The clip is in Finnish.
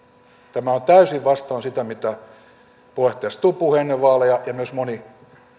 tämä on täysin vastoin sitä mitä puheenjohtaja stubb puhui ennen vaaleja ja myös moni